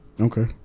okay